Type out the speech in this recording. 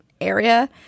area